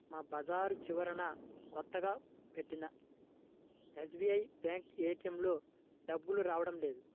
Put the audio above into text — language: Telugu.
మా బజారు చివరన కొత్తగా పెట్టిన ఎస్బీఐ బ్యేంకు ఏటీఎంలో డబ్బులు రావడం లేదు